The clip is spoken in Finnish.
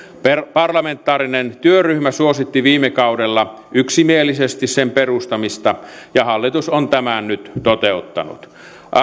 parlamentaarinen työryhmä suositti viime kaudella yksimielisesti sen perustamista ja hallitus on tämän nyt toteuttanut